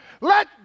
Let